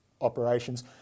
operations